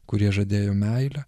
kurie žadėjo meilę